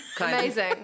amazing